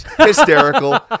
Hysterical